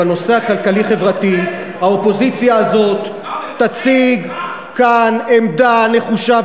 בנושא הכלכלי-חברתי האופוזיציה הזאת תציג כאן עמדה נחושה,